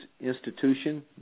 institution